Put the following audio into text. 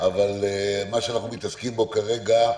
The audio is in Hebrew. אבל מה שאנחנו מתעסקים בו כרגע,